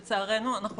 לצערנו,